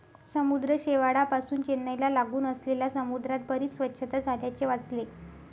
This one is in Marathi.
समुद्र शेवाळापासुन चेन्नईला लागून असलेल्या समुद्रात बरीच स्वच्छता झाल्याचे वाचले